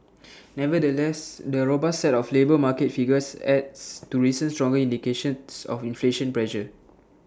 nevertheless the robust set of labour market figures adds to recent stronger indicators of inflation pressure